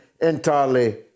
entirely